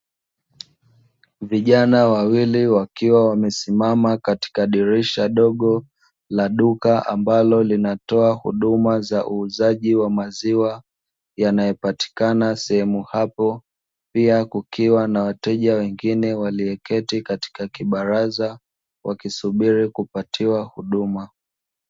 Vijana wawili wakiwa wamesimama katika dirisha dogo, la duka ambalo linatoa huduma za uuzaji wa maziwa, yanayopatikana sehemu hapo, pia kukiwa na wateja wengine walieketi katika kibaraza, wakisubiri kupatiwa huduma.